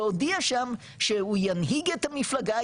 והודיע שם שהוא ינהיג את המפלגה,